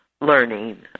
learning